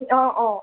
অঁ অঁ